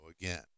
again